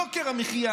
יוקר המחיה